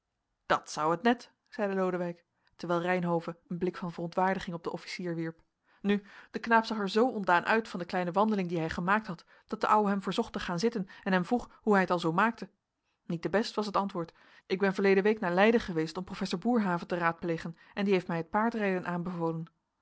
dat zou het net zeide lodewijk terwijl reynhove een blik van verontwaardiging op den officier wierp nu de knaap zag er zoo ontdaan uit van de kleine wandeling die hij gemaakt had dat de ouwe hem verzocht te gaan zitten en hem vroeg hoe hij het al zoo maakte niet te best was het antwoord ik ben verleden week naar leiden geweest om professor boerhave te raadplegen en die heeft mij het paardrijden aanbevolen